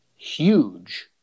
huge